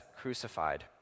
crucified